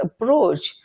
approach